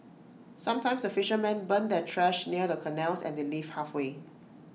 sometimes the fishermen burn their trash near the canals and they leave halfway